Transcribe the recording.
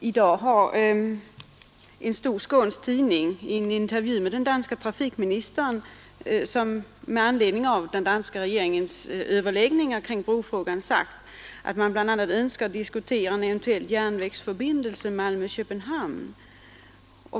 Herr talman! I dag har den danska trafikministern i en intervju i en stor skånsk tidning med anledning av den danska regeringens överläggningar kring brofrågan sagt att man bl.a. önskar diskutera en eventuell järnvägsförbindelse Malmö—Köpenhamn.